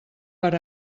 per